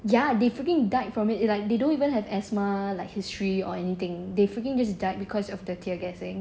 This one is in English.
ya they freaking died from it like they don't even have asthma like history or anything they freaking just died because of the tear gassing